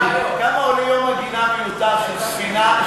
כמה עולה יום עגינה מיותר של ספינה,